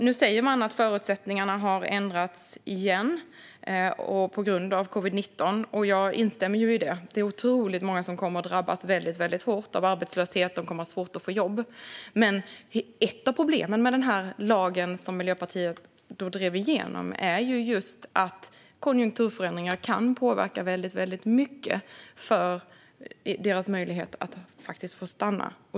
Nu säger man att förutsättningarna har ändrats igen på grund av covid-19. Jag instämmer i det. Det är otroligt många som kommer att drabbas väldigt hårt av arbetslöshet. De kommer att ha svårt att få jobb. Men ett av problemen med lagen som Miljöpartiet drev igenom är just att konjunkturförändringar kan påverka väldigt mycket för människors möjlighet att stanna.